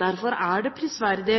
Derfor er det prisverdig